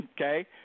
Okay